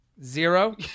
Zero